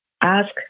Ask